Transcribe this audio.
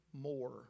more